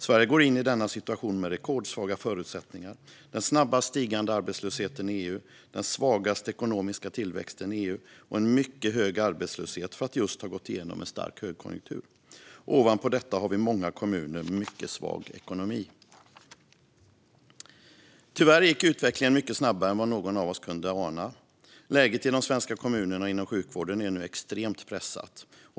Sverige går in i denna situation med rekordsvaga förutsättningar: den snabbast stigande arbetslösheten i EU, den svagaste ekonomiska tillväxten i EU och en mycket hög arbetslöshet för att just ha gått igenom en stark högkonjunktur. Ovanpå detta har vi alltför många kommuner med mycket svag ekonomi." Tyvärr gick utvecklingen mycket snabbare än vad någon av oss kunde ana. Läget i de svenska kommunerna och inom sjukvården är nu extremt pressat.